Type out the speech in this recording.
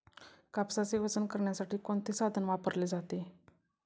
कापसाचे वजन करण्यासाठी कोणते साधन वापरले जाते?